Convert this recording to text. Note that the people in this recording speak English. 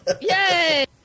Yay